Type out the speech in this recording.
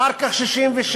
אחר כך, 1967,